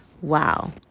Wow